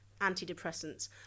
antidepressants